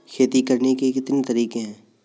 खेती करने के कितने तरीके हैं?